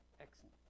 Excellent